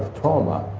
trauma.